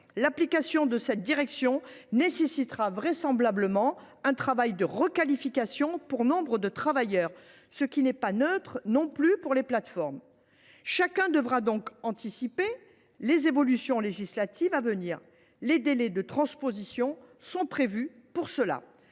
mise en œuvre de cette directive nécessitera vraisemblablement un travail de requalification pour nombre de travailleurs, ce qui n’est pas neutre non plus pour les plateformes. Chacun devra donc anticiper les évolutions législatives à venir. C’est la raison d’être de ces